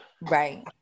right